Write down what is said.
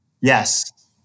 Yes